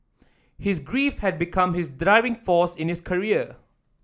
his grief had become his driving force in his career